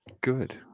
good